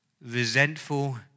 resentful